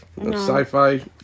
sci-fi